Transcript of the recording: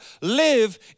live